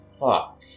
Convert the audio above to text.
fuck